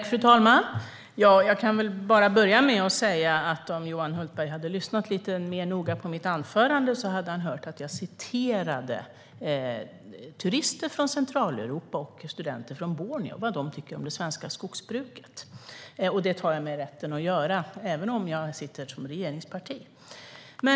Fru talman! Jag kan börja med att säga att om Johan Hultberg hade lyssnat lite mer noga på mitt anförande hade han hört att jag citerade vad turister från Centraleuropa och studenter från Borneo tycker om det svenska skogsbruket. Det tar jag mig rätten att göra, även om jag företräder ett regeringsparti.